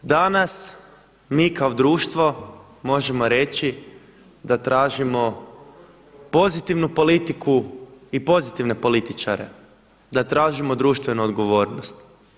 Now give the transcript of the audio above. Danas mi kao društvo možemo reći da tražimo pozitivnu politiku i pozitivne političare, da tražimo društvenu odgovornost.